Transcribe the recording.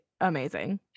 amazing